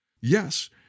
Yes